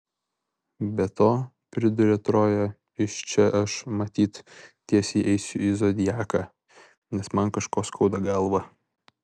be to pridūrė troja iš čia aš matyt tiesiai eisiu į zodiaką nes man kažko skauda galvą